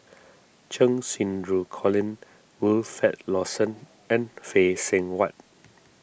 Cheng Xinru Colin Wilfed Lawson and Phay Seng Whatt